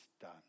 done